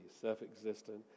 self-existent